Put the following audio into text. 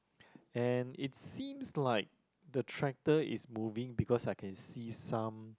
and it seems like the tractor is moving because I can see some